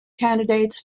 candidates